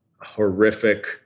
horrific